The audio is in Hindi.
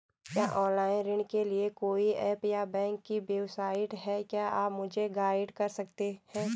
क्या ऑनलाइन ऋण के लिए कोई ऐप या बैंक की वेबसाइट है क्या आप मुझे गाइड कर सकते हैं?